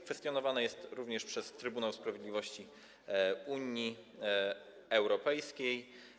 Kwestionowane jest ono również przez Trybunał Sprawiedliwości Unii Europejskiej.